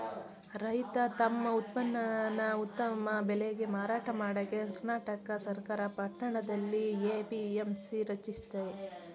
ರೈತ ತಮ್ ಉತ್ಪನ್ನನ ಉತ್ತಮ ಬೆಲೆಗೆ ಮಾರಾಟ ಮಾಡಕೆ ಕರ್ನಾಟಕ ಸರ್ಕಾರ ಪಟ್ಟಣದಲ್ಲಿ ಎ.ಪಿ.ಎಂ.ಸಿ ರಚಿಸಯ್ತೆ